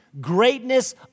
greatness